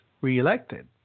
reelected